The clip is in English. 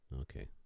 Okay